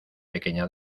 pequeña